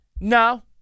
No